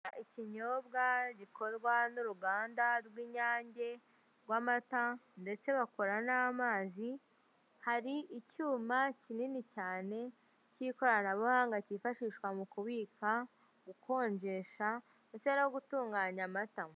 Ikibyobwa gikorwa n'uruganda rw'inyange rw'amata, ndetse bakora n'amazi, hari icyuma kinini cyane cy'ikoranabuhanga kifashishwa mukubika, gukonjesha, ndetse no gutunganya amata.